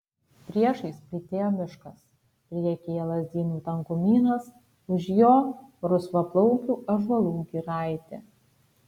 priešais plytėjo miškas priekyje lazdynų tankumynas už jo rusvaplaukių ąžuolų giraitė